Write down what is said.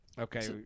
Okay